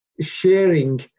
sharing